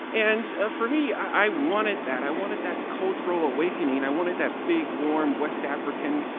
and ah for me, i wanted that. i wanted that cultural awakening. i wanted that big, warm west-african,